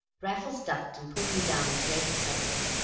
raffles ducked and pulled me down in great excitement.